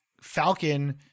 Falcon